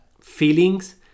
feelings